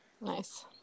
nice